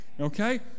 Okay